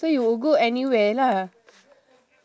so you would go anywhere lah